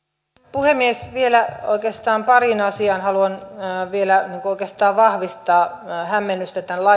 puhemies vielä pariin asiaan haluan sanoa haluan vielä oikeastaan vahvistaa hämmennystä tämän